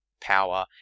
power